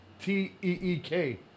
T-E-E-K